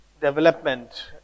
development